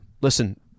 Listen